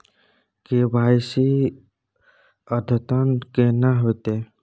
KYC अद्यतन केना होतै?